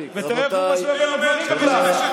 ותראה איך הוא משווה בין הדברים בכלל.